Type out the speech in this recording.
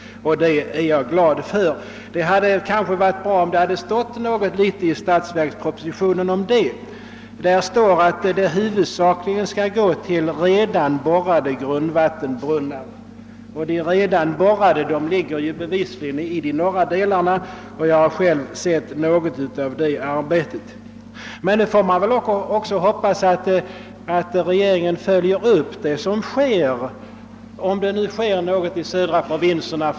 Det är jag mycket glad för. Det hade måhända varit bra om det stått något litet om det i statsverkspropositionen. Där står nu bara att pengarna huvudsakligen skall gå »till redan borrade grundvattenbrunnar», och de brunnarna ligger bevisligen i norra delarna av Sudan. Jag har själv sett något av vad som där har uträttats. Nu får man bara hoppas att regeringen följer upp vad som sker i södra provinserna, om det nu sker någonting.